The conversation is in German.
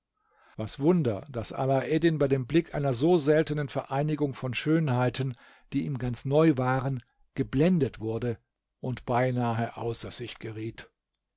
was wunder daß alaeddin bei dem blick einer so seltenen vereinigung von schönheiten die ihm ganz neu waren geblendet wurde und beinahe außer sich geriet